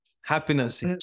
happiness